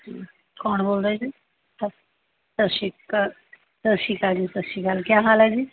ਕੌਣ ਬੋਲਦਾ ਜੀ ਸਤਿ ਸ਼੍ਰੀ ਅਕਾਲ ਸਤਿ ਸ਼੍ਰੀ ਅਕਾਲ ਜੀ ਸਤਿ ਸ਼੍ਰੀ ਅਕਾਲ ਕਿਆ ਹਾਲ ਹੈ ਜੀ